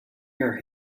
your